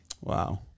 Wow